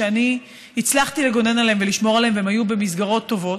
שאני הצלחתי לגונן עליהם ולשמור עליהם והם היו במסגרות טובות.